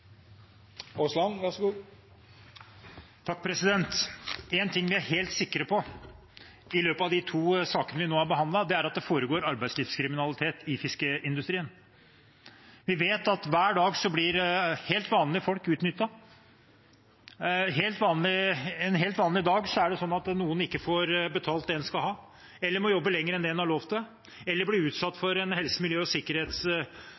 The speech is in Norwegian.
helt sikre på gjennom de to sakene vi nå har behandlet, er at det foregår arbeidslivskriminalitet i fiskeindustrien. Vi vet at hver dag blir helt vanlige folk utnyttet. En helt vanlig dag er det noen som ikke får betalt det de skal ha, må jobbe lenger enn det man har lov til, eller blir utsatt for en helse-, miljø- og